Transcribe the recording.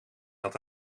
zat